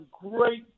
great